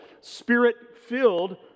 spirit-filled